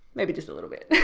maybe just a little bit.